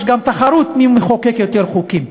יש גם תחרות מי מחוקק יותר חוקים,